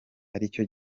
aricyo